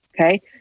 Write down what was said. Okay